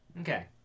Okay